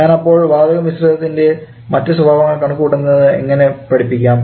ഞാൻ അപ്പോൾ വാതക മിശ്രിതത്തിന്റെ മറ്റ് സ്വഭാവങ്ങൾ കണക്കുകൂട്ടുന്നത് എങ്ങനെ പഠിപ്പിക്കാം